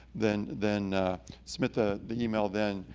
then then submit the the email then.